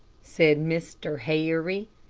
said mr. harry.